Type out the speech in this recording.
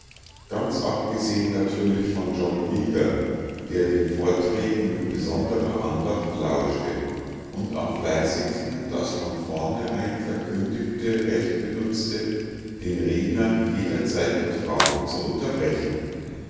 ganz abgesehen natürlich von john rieger der den vorträgen mit besonderer andacht lauschte und am fleißigsten das von vornherein verkündigte recht benutzte den redner jederzeit mit fragen zu unterbrechen